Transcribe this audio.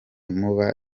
muba